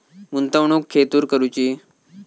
गुंतवणुक खेतुर करूची?